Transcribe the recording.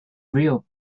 real